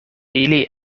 ili